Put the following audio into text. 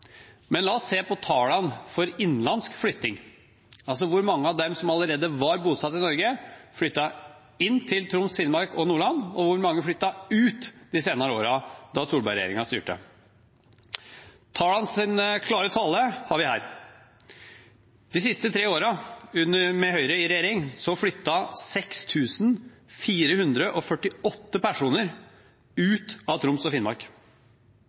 men la oss se på tallene for innenlands flytting, altså hvor mange av dem som allerede var bosatt i Norge, som flyttet inn til Troms, Finnmark og Nordland, og hvor mange som flyttet ut de senere årene, da Solberg-regjeringen styrte. Tallenes klare tale har vi her. De siste tre årene, med Høyre i regjering, flyttet 6 448 personer ut av Troms og Finnmark,